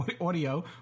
audio